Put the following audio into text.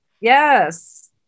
yes